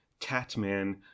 Tatman